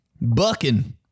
Bucking